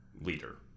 leader